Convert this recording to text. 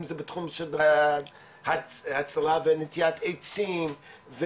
אם זה בתחום הצללה בנטיעת עצים,